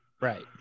Right